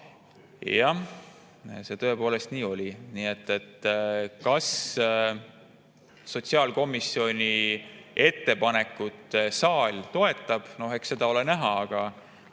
Jah, see tõepoolest nii oli. Kas sotsiaalkomisjoni ettepanekut saal toetab, eks seda ole näha. Aga